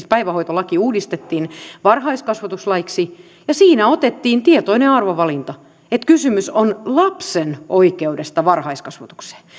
päivähoitolaki uudistettiin varhaiskasvatuslaiksi ja siinä otettiin tietoinen arvovalinta että kysymys on lapsen oikeudesta varhaiskasvatukseen